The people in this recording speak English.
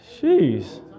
Jeez